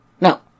No